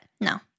No